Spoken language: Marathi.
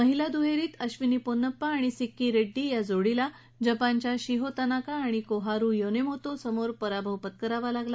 महिला दुहर्रीत अक्विनी पोनप्पा आणि सिक्की रद्द्वी या जोडीला जपानच्या शिहो तनाका आणि कोहारू योनप्रींतो समोर पराभव पत्करावा लागला